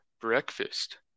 breakfast